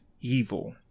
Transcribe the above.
evil